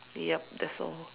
yup that's all